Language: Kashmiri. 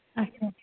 اچھا